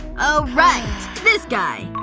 oh right. this guy.